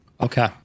Okay